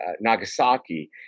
nagasaki